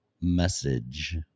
message